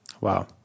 Wow